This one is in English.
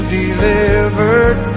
delivered